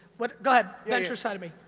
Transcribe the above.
what, go ahead, venture side of me.